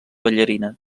ballarina